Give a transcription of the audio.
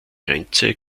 grenze